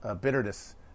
bitterness